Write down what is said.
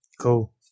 Cool